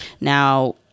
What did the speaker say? Now